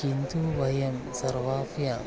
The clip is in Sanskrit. किन्तु वयं सर्वाह्व्य